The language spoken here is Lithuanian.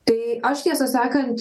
tai aš tiesą sakant